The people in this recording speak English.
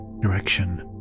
direction